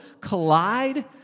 collide